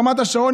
ברמת השרון,